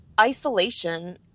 isolation